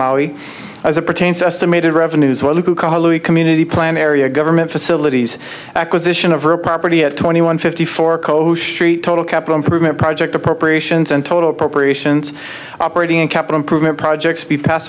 maui as it pertains to estimated revenues well community plan area government facilities acquisition of real property at twenty one fifty four code total capital improvement project appropriations and total appropriations operating in capital improvement projects be pass